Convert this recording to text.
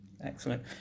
excellent